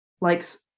likes